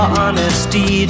honesty